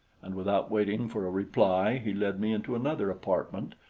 and without waiting for a reply, he led me into another apartment,